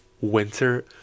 Winter